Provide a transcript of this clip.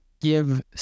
give